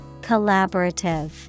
Collaborative